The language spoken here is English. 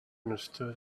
understood